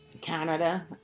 Canada